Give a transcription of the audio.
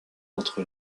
entre